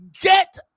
get